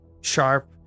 sharp